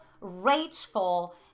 rageful